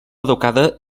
educada